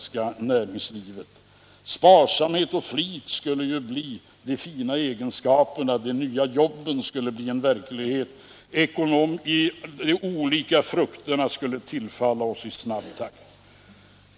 Sparsamhet och flit skulle bli de fina egenskaperna. De nya jobben skulle bli en verklighet. De goda frukterna skulle tillfalla oss i snabb takt.